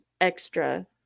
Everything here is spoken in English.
extra